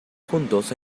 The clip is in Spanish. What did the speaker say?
juntos